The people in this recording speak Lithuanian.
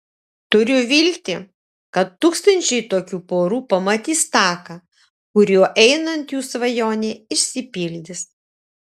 turiu viltį kad tūkstančiai tokių porų pamatys taką kuriuo einant jų svajonė išsipildys